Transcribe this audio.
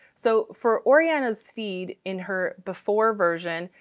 so for oriana's feed in her before version,